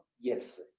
Yes